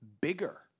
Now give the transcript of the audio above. bigger